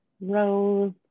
rose